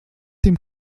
dem